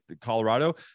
Colorado